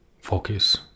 focus